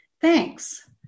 Thanks